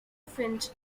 finch